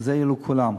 זה יהיה לכולם,